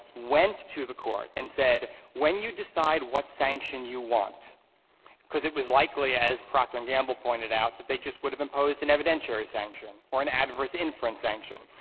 went to the court and said when you decide what sanction you want because it was likely, as procter and gamble pointed out, that they just would have imposed an evidentiary sanction or an adverse-inference sanction.